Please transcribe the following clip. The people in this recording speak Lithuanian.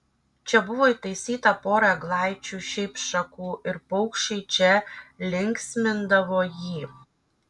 čia buvo įtaisyta pora eglaičių šiaip šakų ir paukščiai čia linksmindavo jį